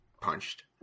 punched